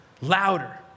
louder